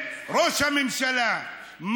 ראש הממשלה,